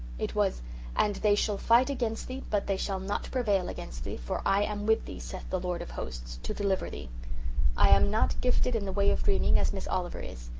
it was and they shall fight against thee but they shall not prevail against thee, for i am with thee, saith the lord of hosts, to deliver thee i am not gifted gifted in the way of dreaming, as miss oliver is,